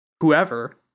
whoever